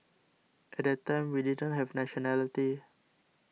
at that time we didn't have nationality